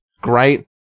Great